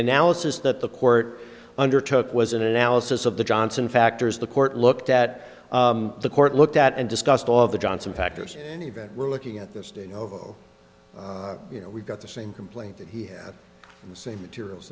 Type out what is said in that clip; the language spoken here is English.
analysis that the court under took was an analysis of the johnson factors the court looked at the court looked at and discussed all of the johnson factors in any event we're looking at this to know you know we've got the same complaint that he had from the same materials